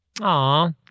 Aw